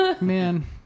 Man